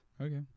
Okay